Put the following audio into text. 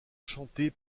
chantée